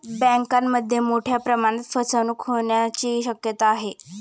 बँकांमध्ये मोठ्या प्रमाणात फसवणूक होण्याची शक्यता आहे